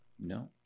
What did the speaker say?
No